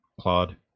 Claude